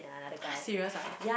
!huh! serious ah